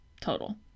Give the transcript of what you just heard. Total